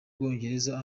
bwongereza